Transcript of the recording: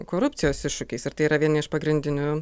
korupcijos iššūkiais ir tai yra vieni iš pagrindinių